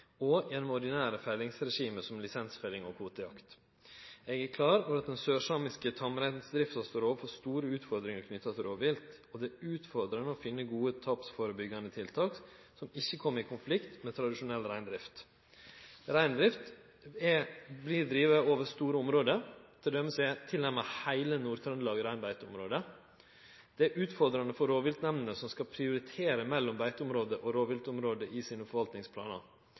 og gjennom ordinære fellingsregime, som lisensfelling og kvotejakt. Eg er klar over at den sørsamiske tamreindrifta står overfor store utfordringar knytte til rovvilt, og det er utfordrande å finne gode tapsførebyggjande tiltak som ikkje kjem i konflikt med tradisjonell reindrift. Reindrift vert drive over store område, til dømes er tilnærma heile Nord-Trøndelag reinbeiteområde. Dette er utfordrande for rovviltnemndene, som skal prioritere mellom beiteområde og rovviltområde i sine